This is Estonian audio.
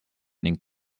ning